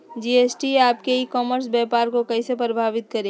GST आपके e commerce व्यापार को कैसे प्रभावित करेगी?